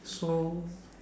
so